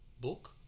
book